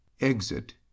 exit